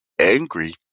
angry